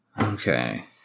Okay